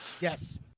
Yes